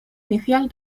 inicial